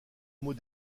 mot